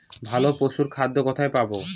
ভালো পশুর খাদ্য কোথায় পাবো?